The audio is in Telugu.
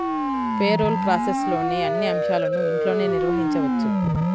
పేరోల్ ప్రాసెస్లోని అన్ని అంశాలను ఇంట్లోనే నిర్వహించవచ్చు